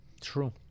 True